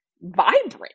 vibrant